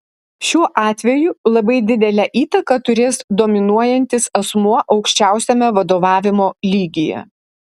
šiuo atveju labai didelę įtaką turės dominuojantis asmuo aukščiausiame vadovavimo lygyje